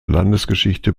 landesgeschichte